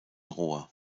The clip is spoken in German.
rohr